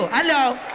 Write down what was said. hello!